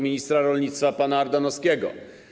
ministra rolnictwa pana Ardanowskiego.